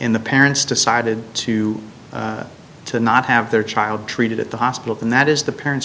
in the parents decided to to not have their child treated at the hospital and that is the parent's